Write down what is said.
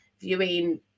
viewing